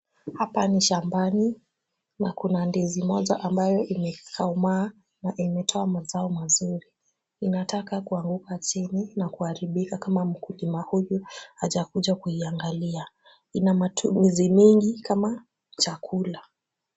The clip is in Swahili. Hapa ni shambani na kuna ndizi moja ambayo imekomaa na imetoa mazao mazuri. Inataka kuanguka chini na kuharibika kama mkulima huyu hajakuja kuiangalia. Ina matumizi mingi kama chakula.